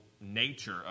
nature